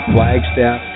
Flagstaff